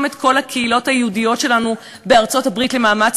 את כל הקהילות היהודיות שלנו בארצות-הברית למאמץ